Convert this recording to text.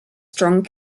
strong